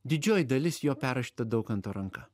didžioji dalis jo perrašyta daukanto ranka